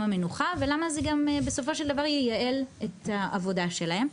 המנוחה ולמה גם בסופו של דבר זה ייעל את הדבר שלהם.